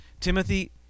timothy